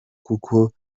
kuko